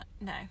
No